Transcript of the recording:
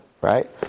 right